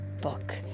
book